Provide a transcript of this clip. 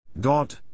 God